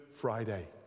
Friday